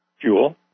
fuel